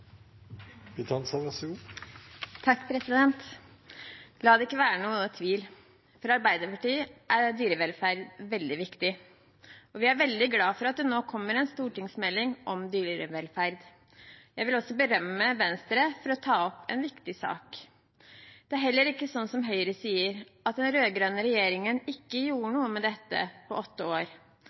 er dyrevelferd veldig viktig, og vi er veldig glad for at det nå kommer en stortingsmelding om dyrevelferd. Jeg vil også berømme Venstre for å ta opp en viktig sak. Det er heller ikke sånn som Høyre sier, at den rød-grønne regjeringen ikke gjorde noe med dette på åtte år.